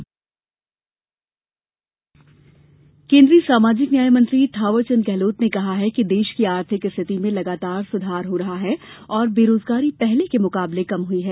गहलोत बयान केन्द्रीय सामाजिक न्याय मंत्री थावरचंद गहलोत ने कहा है कि देश की आर्थिक स्थिति में लगातार सुधार हो रहा है और बेरोजगारी पहले के मुकाबले कम हई है